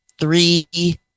three